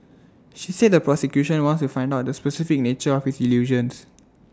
she said the prosecution wants to find out the specific nature of his delusions